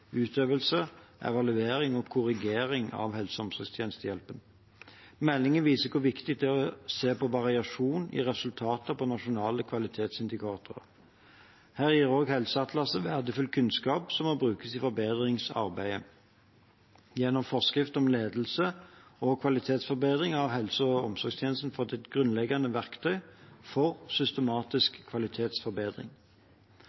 utøvelse, evaluering og korrigering av helse- og omsorgstjenestehjelpen. Meldingen viser hvor viktig det er å se på variasjon i resultater på nasjonale kvalitetsindikatorer. Her gir også helseatlaset verdifull kunnskap som må brukes i forbedringsarbeidet. Gjennom forskrift om ledelse og kvalitetsforbedring har helse- og omsorgstjenesten fått et grunnleggende verktøy for